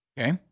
Okay